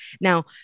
Now